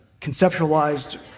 conceptualized